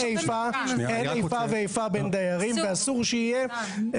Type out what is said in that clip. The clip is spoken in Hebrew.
אין איפה ואיפה בין דיירים ואסור שיהיה,